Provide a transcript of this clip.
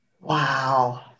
Wow